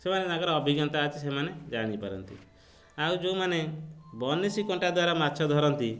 ସେମାନେ ତାଙ୍କର ଅଭିଜ୍ଞତା ଅଛି ସେମାନେ ଜାଣି ପାରନ୍ତି ଆଉ ଯେଉଁ ମାନେ ବନିସୀ କଣ୍ଟା ଦ୍ୱାରା ମାଛ ଧରନ୍ତି